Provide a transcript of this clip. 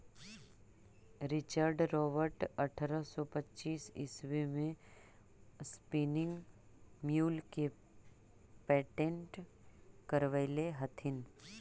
Richard Robert अट्ठरह सौ पच्चीस ईस्वी में स्पीनिंग म्यूल के पेटेंट करवैले हलथिन